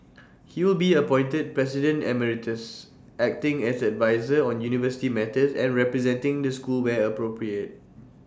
he will be appointed president Emeritus acting as adviser on university matters and representing the school where appropriate